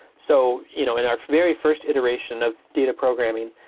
so you know in our very first iteration of data programming,